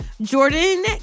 Jordan